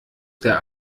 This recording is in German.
der